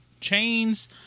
chains